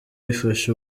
ifasha